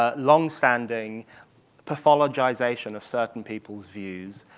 ah long-standing pathologization of certain people's views,